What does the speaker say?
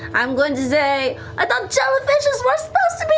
i'm going to say i thought jellyfishes were supposed